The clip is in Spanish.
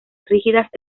rígidas